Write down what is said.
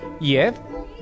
Yes